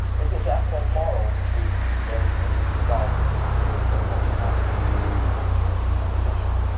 is it therefore moral to kill and eat a dog if doing so forms part of the community's culture or tradition?